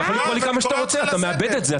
תקרא כמה שאתה רוצה, אתה מאבד את זה.